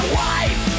wife